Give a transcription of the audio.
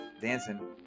dancing